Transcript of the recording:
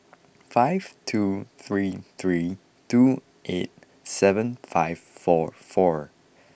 five two three three two eight seven five four four